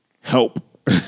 help